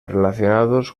relacionados